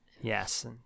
Yes